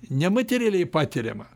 nematerialiai patiriamą